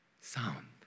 Sound